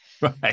Right